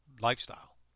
lifestyle